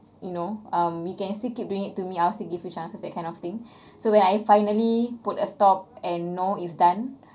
you know um you can still keep doing it to me I will still give you chances that kind of thing so when I finally put a stop and no is done